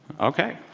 ok.